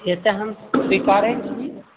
एतऽ हम स्वीकारै छी